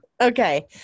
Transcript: okay